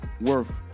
worth